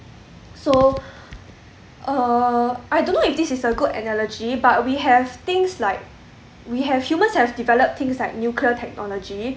so uh I don't know if this is a good analogy but we have things like we have humans have developed things like nuclear technology